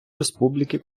республіки